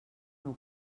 meu